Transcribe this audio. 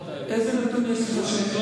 איזה נתון יש לך שלי אין?